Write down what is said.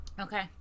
Okay